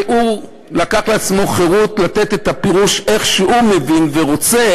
שלקח לעצמו חירות לתת את הפירוש כמו שהוא מבין ורוצה,